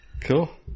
Cool